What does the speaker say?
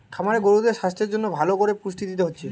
খামারে গরুদের সাস্থের জন্যে ভালো কোরে পুষ্টি দিতে হচ্ছে